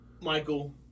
Michael